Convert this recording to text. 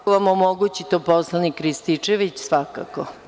Ako vam omogući to poslanik Rističević, svakako.